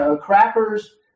crackers